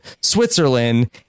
Switzerland